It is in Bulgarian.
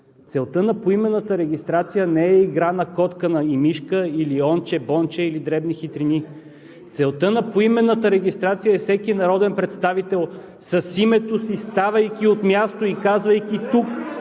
Целта на поименната регистрация не е игра на котка и мишка, или онче бонче, или дребни хитрини. Целта на поименната регистрация е всеки народен представител с името си, ставайки от място и казвайки „тук“